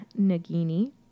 Nagini